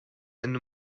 and